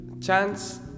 chance